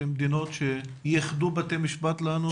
של מדינות שייחדו בתי משפט לנושא?